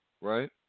Right